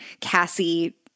Cassie